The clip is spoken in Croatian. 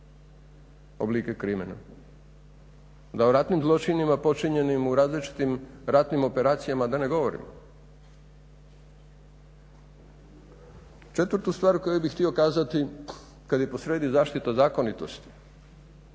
oblike krimena, da u ratnim zločinima počinjenim u različitim ratnim operacijama da ne govorim. 4.stvar koju bih htio kazati kada je posrijedi zaštita zakonitosti,